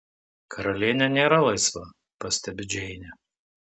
karalienė nėra laisva pastebi džeinė